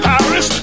Paris